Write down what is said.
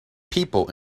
people